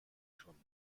schon